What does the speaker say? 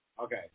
Okay